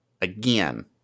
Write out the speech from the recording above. again